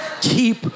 Keep